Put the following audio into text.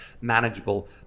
manageable